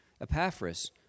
Epaphras